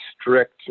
strict